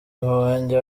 wanjye